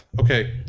okay